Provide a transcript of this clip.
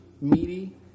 meaty